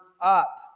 up